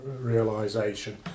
realisation